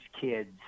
kids